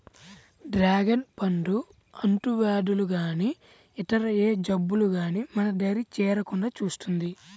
dragon పండు అంటువ్యాధులు గానీ ఇతర ఏ జబ్బులు గానీ మన దరి చేరకుండా చూస్తుంది